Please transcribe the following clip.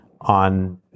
on